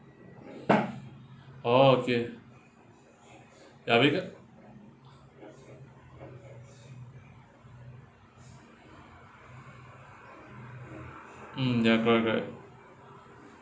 oh okay ya because mm ya correct correct